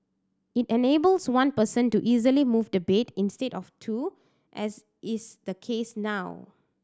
it enables one person to easily move the bed instead of two as is the case now